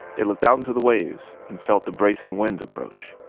they looked out into the waves and felt the bracing winds approach.